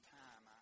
time